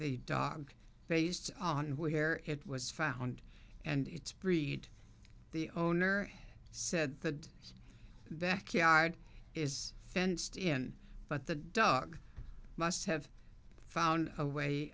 the dog based on where it was found and its breed the owner said the back yard is fenced in but the dog must have found a way